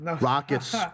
Rockets